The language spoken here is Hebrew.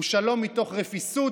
הוא שלום מתוך רפיסות,